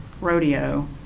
rodeo